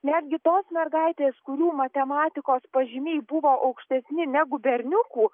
netgi tos mergaitės kurių matematikos pažymiai buvo aukštesni negu berniukų